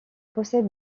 possède